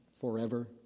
forever